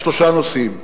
בשלושה נושאים.